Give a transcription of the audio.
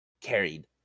carried